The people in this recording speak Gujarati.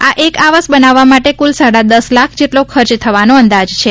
આ એક આવાસ બનાવવા માટે કુલ સાડા દસ લાખ જેવો ખર્ચ થવાનો અંદાજ છે